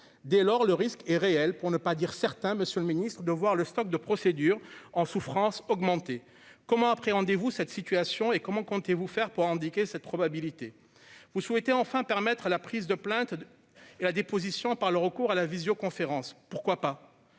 dès lors le risque est réel pour ne pas dire certains, Monsieur le Ministre, de voir le stock de procédure en souffrance augmenter, comment appréhendez-vous cette situation et comment comptez-vous faire pour endiguer cette probabilité, vous souhaitez enfin permettre à la prise de plainte et la déposition par le recours à la visio-conférence, pourquoi pas,